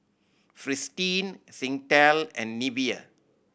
Fristine Singtel and Nivea